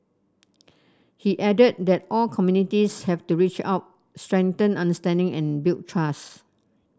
he added that all communities have to reach out strengthen understanding and build trust